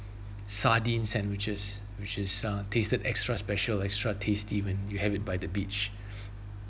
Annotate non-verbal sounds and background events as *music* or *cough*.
sardine sandwiches which is uh tasted extra special extra tasty when you have it by the beach *breath*